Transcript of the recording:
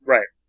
Right